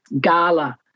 gala